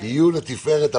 תשתדלו שיהיה להם מספיק זמן.